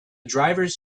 drivers